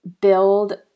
build